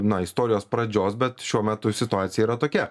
na istorijos pradžios bet šiuo metu situacija yra tokia